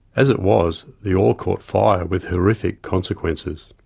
as it was, the oil caught fire with horrific consequences.